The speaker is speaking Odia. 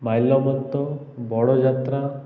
ମାଲ୍ୟବନ୍ତ ବଡ଼ଯାତ୍ରା